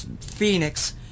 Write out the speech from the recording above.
Phoenix